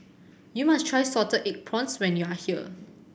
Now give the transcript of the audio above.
you must try salted egg prawns when you are here